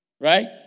Right